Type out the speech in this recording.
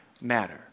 matter